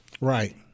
Right